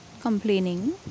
complaining